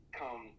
come